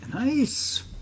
Nice